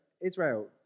Israel